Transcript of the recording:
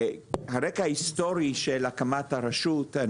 הרקע ההיסטורי של הקמת הרשות,